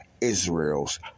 Israel's